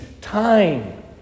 time